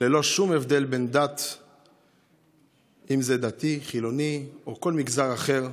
ללא שום הבדל, אם זה דתי, חילוני או כל מגזר אחר.